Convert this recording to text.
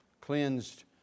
cleansed